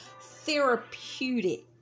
therapeutic